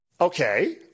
Okay